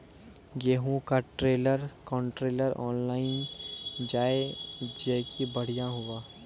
गेहूँ का trailer contractor online जाए जैकी बढ़िया हुआ